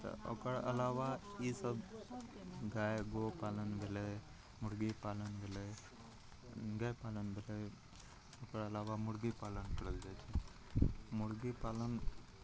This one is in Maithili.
तऽ ओकर अलावा ईसब गाइ गोपालन भेलै मुरगी पालन भेलै गाइ पालन भेलै ओकर अलावा मरगी पालन करल जाइ छै मुरगी पालन